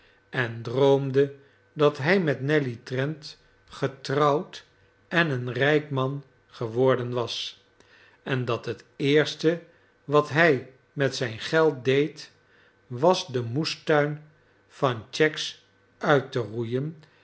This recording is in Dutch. en droomde dat hij met nelly trent getrouwd en een rijk man geworden was en dat het eerste wat hij met zijn geld deed was den moestuin van cheggs uit te roeien